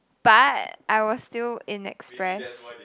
but I was still in express